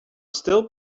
still